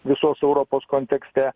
visos europos kontekste